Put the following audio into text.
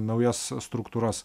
naujas struktūras